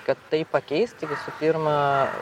kad tai pakeisti visų pirma